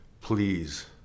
please